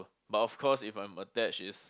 but of course if I'm attached is